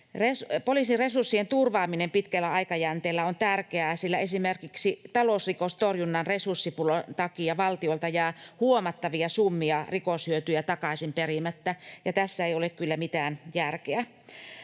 Poliisin resurssien turvaaminen pitkällä aikajänteellä on tärkeää, sillä esimerkiksi talousrikostorjunnan resurssipulan takia valtiolta jää huomattavia summia rikoshyötyjä takaisinperimättä, ja tässä ei ole kyllä mitään järkeä.